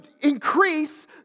increase